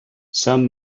some